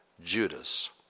Judas